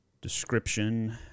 description